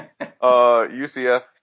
UCF